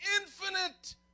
infinite